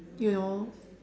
you know